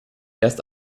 erst